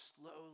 slowly